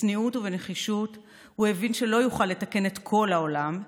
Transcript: בצניעות ובנחישות הוא הבין שלא יוכל לתקן את כל העולם,